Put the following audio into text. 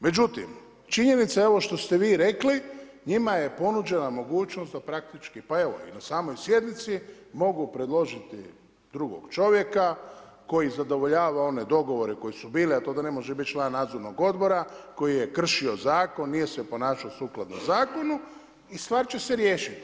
Međutim činjenica je ovo što ste vi rekli, njima je ponuđena mogućnost da praktički, pa evo i na samoj sjednici mogu predložiti drugog čovjeka koji zadovoljava one dogovore koji su bili, a to je da ne može biti član Nadzornog odbora koji je kršio zakon, nije se ponašao sukladno zakonu i stvar će se riješiti.